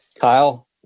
Kyle